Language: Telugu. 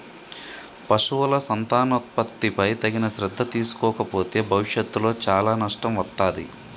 పశువుల సంతానోత్పత్తిపై తగిన శ్రద్ధ తీసుకోకపోతే భవిష్యత్తులో చాలా నష్టం వత్తాది